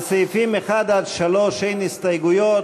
לסעיפים 1 עד 3 אין הסתייגויות.